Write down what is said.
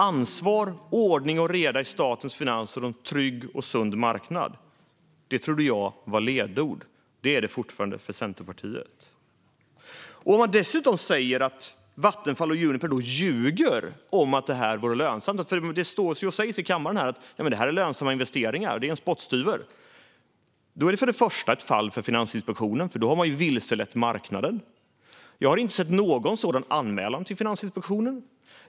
Ansvar, ordning och reda i statens finanser liksom en trygg och sund marknad trodde jag var ledord. Det är det fortfarande för Centerpartiet. Om man dessutom säger att Vattenfall och Juniper ljuger om att det här vore lönsamt - man står ju här i kammaren och säger att det här är lönsamma investeringar, en spottstyver - då är det för det första ett fall för Finansinspektionen, för då har de vilselett marknaden. Jag har dock inte sett någon sådan anmälan till Finansinspektionen.